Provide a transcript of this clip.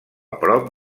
prop